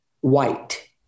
white